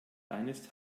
eines